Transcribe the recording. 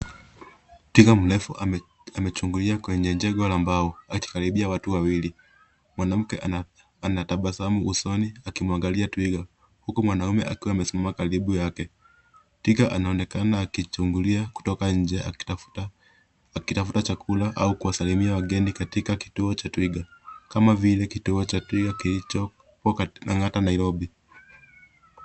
Twiga mrefu amechungulia kwenye jengo la mbao, akikaribia watu wawili, mwanamke anatabasamu usoni akimwangalia twiga huku mwanaume akiwa amesimama karibu yake. Twiga anaonekana akichungulia kutoka nje akitafuta chakula au kusalimia wengine katika kituo cha twiga, kama vile kituo cha twiga kilicho Langata Nairobi.